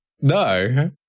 No